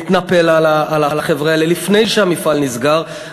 נתנפל על החבר'ה האלה לפני שהמפעל נסגר,